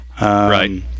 Right